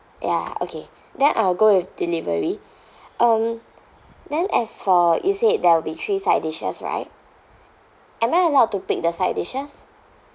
ya okay then I'll go with delivery um then as for you said there will be three side dishes right am I allowed to pick the side dishes